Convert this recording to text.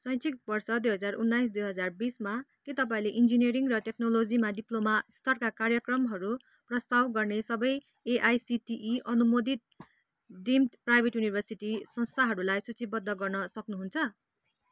शैक्षिक वर्ष दुई हजार उन्नाइस दुई हजार बिसमा के तपाईँँले इन्जिनियरिङ् र टेक्नोलोजीमा डिप्लोमा स्तरका कार्यक्रमहरू प्रस्ताव गर्ने सबै एआईसिटिइ अनुमोदित डिम्ड प्राइवेट युनिवर्सिटी संस्थानहरूलाई सूचीबद्ध गर्न सक्नुहुन्छ